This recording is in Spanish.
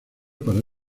para